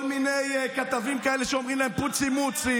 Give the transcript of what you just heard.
כל מיני כתבים כאלה שאומרים להם פוצי-מוצי.